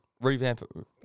Revamp